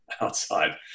outside